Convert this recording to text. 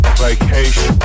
vacation